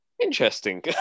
interesting